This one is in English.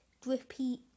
drippy